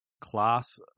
class